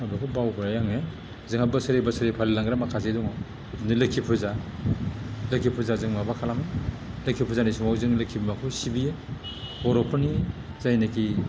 आं बेखौ बावबाय आङो जोंहा बोसोरै बोसोरै फालिलांग्रा माखासे दङ बिदिनो लक्षी फुजा लक्षी फुजाजों माबा खालामो लक्षी फुजानि समाव जों लक्षी बिमाखौ सिबियो बर'फोरनि जायनाकि